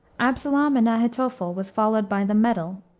absalom and ahitophel was followed by the medal,